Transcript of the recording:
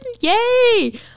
Yay